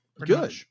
Good